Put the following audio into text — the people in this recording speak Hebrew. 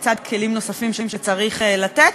לצד כלים נוספים שצריך לתת.